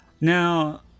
Now